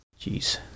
jeez